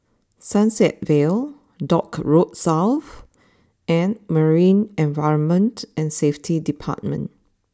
Sunset Vale Dock Road South and Marine Environment and Safety Department